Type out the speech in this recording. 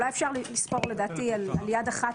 אולי אפשר לספור על יד אחת